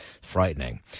Frightening